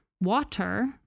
water